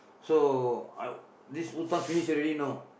so I this hutang finish already know